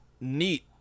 Neat